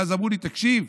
ואז אמרו לי: תקשיב,